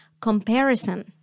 Comparison